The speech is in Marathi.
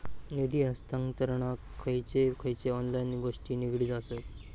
निधी हस्तांतरणाक खयचे खयचे ऑनलाइन गोष्टी निगडीत आसत?